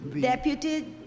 deputy